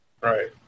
Right